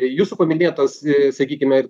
jūsų paminėtas sakykime